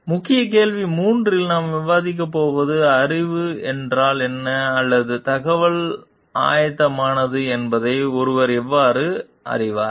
முக்கிய கேள்வி 3 இல் நாம் விவாதிக்கப் போவது அறிவு என்றால் என்ன அல்லது தகவல் ஆயத்தமானது என்பதை ஒருவர் எவ்வாறு அறிவார்